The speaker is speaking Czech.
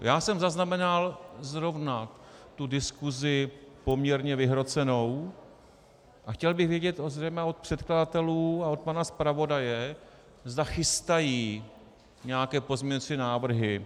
Já jsem zaznamenal zrovna tu diskusi poměrně vyhrocenou a chtěl bych vědět zejména od předkladatelů a od pana zpravodaje, zda chystají nějaké pozměňovací návrhy.